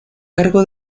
cargo